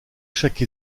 chaque